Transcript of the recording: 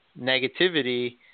negativity